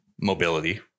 mobility